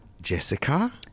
Jessica